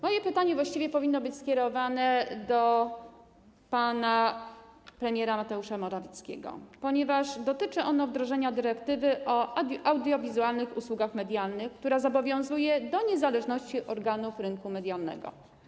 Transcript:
Moje pytanie właściwie powinno być skierowane do pana premiera Mateusza Morawieckiego, ponieważ dotyczy ono wdrożenia dyrektywy o audiowizualnych usługach medialnych, która zobowiązuje do niezależności organów rynku medialnego.